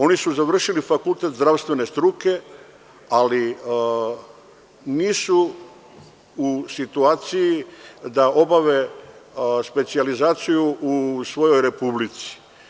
Oni su završili fakultet zdravstvene struke, ali nisu u situaciji da obave specijalizaciju u svojoj republici.